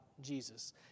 Jesus